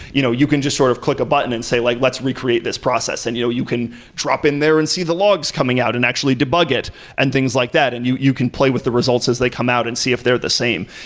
you know you can just sort of click a button and say like, let's re-create this process, and you know you can drop in there and see the logs coming out and actually debug it and things like that and you you can play with the results as they come out and see if they're the same.